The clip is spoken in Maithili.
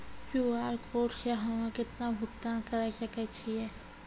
क्यू.आर कोड से हम्मय केतना भुगतान करे सके छियै?